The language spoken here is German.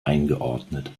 eingeordnet